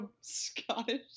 Scottish